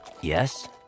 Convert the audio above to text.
Yes